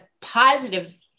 positive